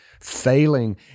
failing